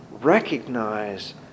recognize